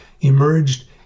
emerged